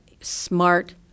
smart